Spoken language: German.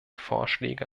vorschläge